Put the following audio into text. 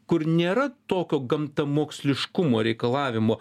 kur nėra tokio gamtamoksliškumo reikalavimo